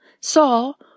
Saul